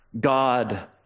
God